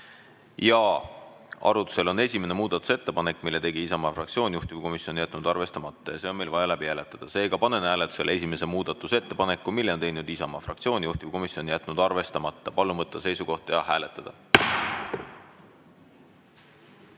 Arutusel on esimene muudatusettepanek, mille tegi Isamaa fraktsioon, juhtivkomisjon on jätnud arvestamata. See on meil vaja läbi hääletada. Seega panen hääletusele esimese muudatusettepaneku, mille on teinud Isamaa fraktsioon, juhtivkomisjon on jätnud arvestamata. Palun võtta seisukoht ja hääletada!